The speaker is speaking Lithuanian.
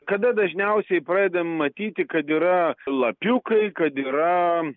kada dažniausiai pradedam matyti kad yra lapiukai kad yra